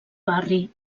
barri